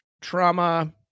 trauma